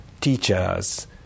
teachers